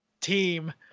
team